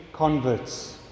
converts